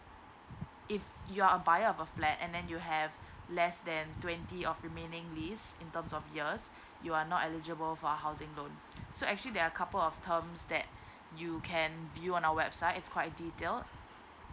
if you're a buyer of a flat and then you have less than twenty of remaining leaves in terms of years you are not eligible for housing loan so actually there are couple of term that you can view on our website is quite detail